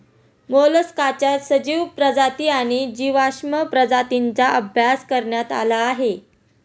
मोलस्काच्या सजीव प्रजाती आणि जीवाश्म प्रजातींचा अभ्यास करण्यात आला आहे